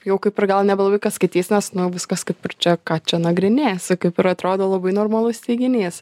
jau kaip ir gal nelabai kas skaitys nes nu viskas kaip ir čia ką čia nagrinėsi kaip ir atrodo labai normalus teiginys